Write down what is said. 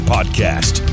Podcast